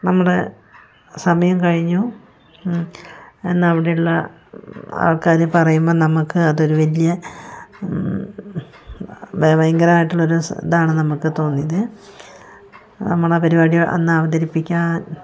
നമ്മുടെ സമയം കഴിഞ്ഞു എന്നാ അവിടെ ഉള്ള ആൾക്കാര് പറയുമ്പം നമുക്ക് അതൊരു വലിയ ഭയങ്കരമായിട്ടുള്ളൊരു ഇതാണ് നമുക്ക് തോന്നിയത് നമ്മളുടെ പരിപാടി അന്ന് അവതരിപ്പിക്കാൻ